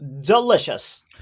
delicious